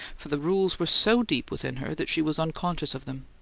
for the rules were so deep within her that she was unconscious of them.